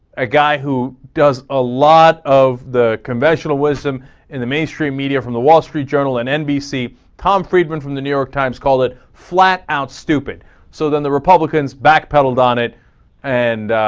a guide who does allot of the conventional wisdom in the mainstream media from the wall street journal and n b c tom friedman from the new york times call it flat out stupid so than the republicans back pedaled on it and